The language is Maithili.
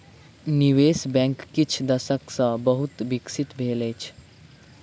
निवेश बैंक किछ दशक सॅ बहुत विकसित भेल अछि